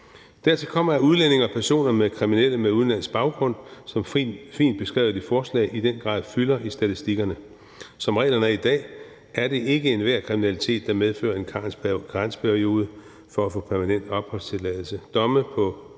Dertil kommer, at udlændinge og personer med udenlandsk baggrund som fint beskrevet i forslaget i den grad fylder i statistikkerne. Som reglerne er i dag, er det ikke enhver kriminalitet, der medfører en karensperiode for at få permanent opholdstilladelse.